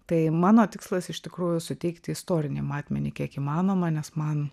tai mano tikslas iš tikrųjų suteikti istorinį matmenį kiek įmanoma nes man